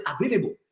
available